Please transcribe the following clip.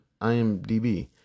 IMDb